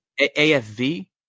AFV